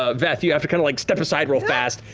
ah veth, you have to, kind of like, step aside real fast,